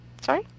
Sorry